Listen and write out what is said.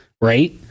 right